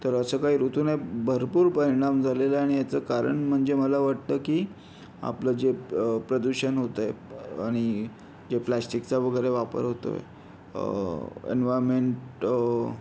तर असं काही ऋतू नाही भरपूर परिणाम झालेला आहे आणि ह्याचं कारण म्हणजे मला वाटतं की आपलं जे प्रदूषण होतं आहे आणि जे प्लॅस्टिकचा वगैरे वापर होतो आहे एनवायरनमेंट